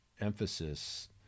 emphasis